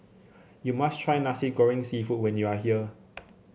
you must try Nasi Goreng seafood when you are here